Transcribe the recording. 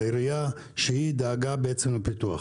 העירייה שדאגה בעצם לפיתוח.